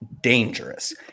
Dangerous